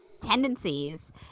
tendencies